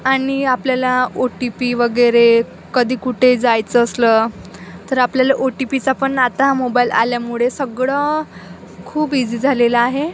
आणि आपल्याला O T P वगैरे कधी कुठे जायचं असलं तर आपल्याला ओ टी पीचा पण आता मोबाईल आल्यामुळे सगळं खूप इझी झालेलं आहे